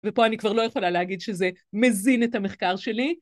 ופה אני כבר לא יכולה להגיד שזה מזין את המחקר שלי.